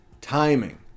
Timing